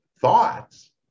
thoughts